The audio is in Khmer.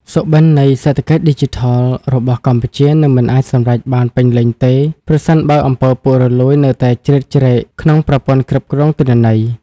សុបិននៃ "សេដ្ឋកិច្ចឌីជីថល" របស់កម្ពុជានឹងមិនអាចសម្រេចបានពេញលេញទេ ប្រសិនបើ អំពើពុករលួយ នៅតែជ្រៀតជ្រែកក្នុងប្រព័ន្ធគ្រប់គ្រងទិន្នន័យ។